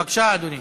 בבקשה, אדוני.